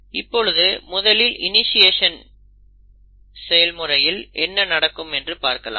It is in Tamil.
இப்பொழுது முதலில் இணிஷியேஷனில் என்ன நடக்கும் என்று பார்க்கலாம்